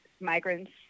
migrants